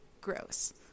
gross